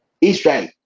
Israel